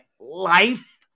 life